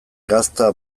gazta